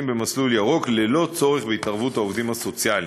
במסלול ירוק ללא צורך בהתערבות העובדים הסוציאליים.